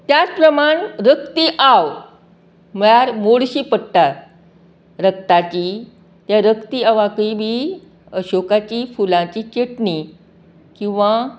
त्याच प्रमाण रक्ती आव म्हळ्यार मोडशीं पडटा रक्ताची त्या रक्ती आवाकय बी अशोकाची फुलांची चेटणी किंवा